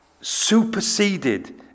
superseded